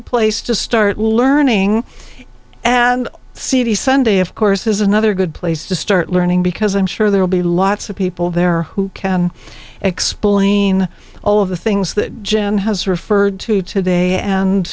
place to start learning and see the sunday of course is another good place to start learning because i'm sure there will be lots of people there who can explain all of the things that jim has referred to today and